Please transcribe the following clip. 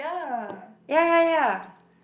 yeah yeah yeah